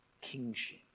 kingship